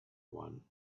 one